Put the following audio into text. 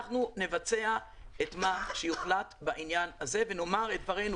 אנחנו נבצע את מה שיוחלט בעניין הזה ונאמר את דברינו